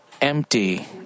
empty